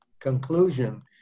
conclusion